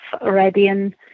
Arabian